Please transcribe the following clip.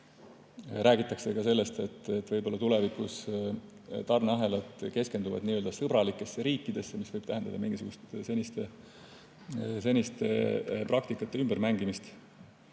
Räägitakse ka sellest, et võib-olla tulevikus tarneahelad keskenduvad nii‑öelda sõbralikele riikidele, mis võib tähendada mingisuguste seniste praktikate ümbermängimist.